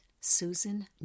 Susan